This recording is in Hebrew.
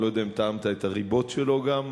אני לא יודע אם טעמת את הריבות שלו גם,